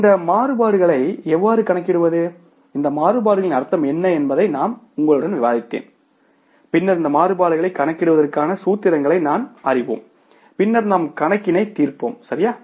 இந்த மாறுபாடுகளை எவ்வாறு கணக்கிடுவது இந்த மாறுபாடுகளின் அர்த்தம் என்ன என்பதை நான் உங்களுடன் விவாதிப்பேன் பின்னர் இந்த மாறுபாடுகளைக் கணக்கிடுவதற்கான சூத்திரங்களை நாம் அறிவோம் பின்னர் நாம் கணக்கினை தீர்ப்போம்சரியா